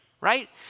right